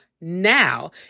now